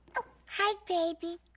hi baby.